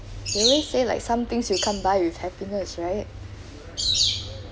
they always say like some things you can't buy with happiness right